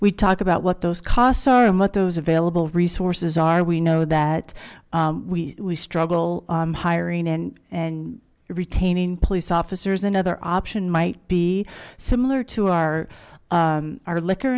we talk about what those costs are and what those available resources are we know that we we struggle hiring and and retaining police officers another option might be similar to our our liquor